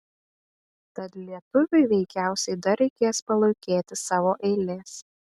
tad lietuviui veikiausiai dar reikės palūkėti savo eilės